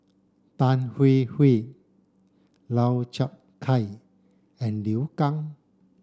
tan Hwee Hwee Lau Chiap Khai and Liu Kang